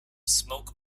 smoke